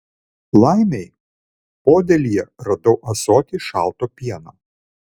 laimei podėlyje radau ąsotį šalto pieno